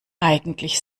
eigentlich